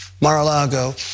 Mar-a-Lago